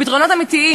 פתרונות אמיתיים?